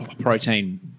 protein